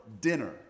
dinner